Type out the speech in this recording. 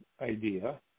idea